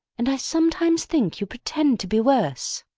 and i sometimes think you pretend to be worse.